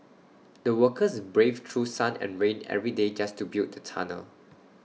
the workers braved through sun and rain every day just to build the tunnel